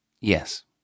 yes